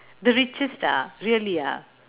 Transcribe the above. the richest ah really ah